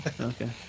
Okay